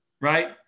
right